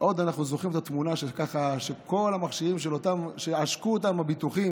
אנחנו עוד זוכרים את התמונה של כל המכשירים שעשקו אותם הביטוחים,